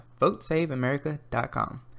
votesaveamerica.com